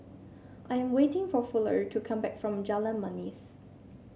I am waiting for Fuller to come back from Jalan Manis